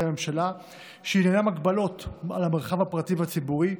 הממשלה שעניינן הגבלות על המרחב הפרטי והציבורי,